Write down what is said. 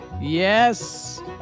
Yes